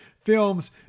films